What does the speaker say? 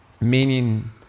meaning